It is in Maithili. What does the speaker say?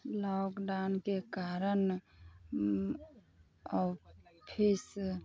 लॉकडाउनके कारण ऑफिस